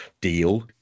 deal